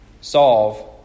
solve